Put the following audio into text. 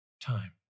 time